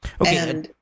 Okay